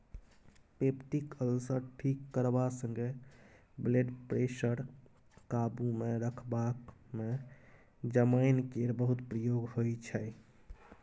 peptic ulcer ठीक करबा संगे ब्लडप्रेशर काबुमे रखबाक मे जमैन केर बहुत प्रयोग होइ छै